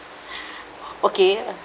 okay uh